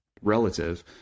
relative